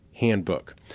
handbook